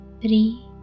three